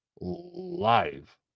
live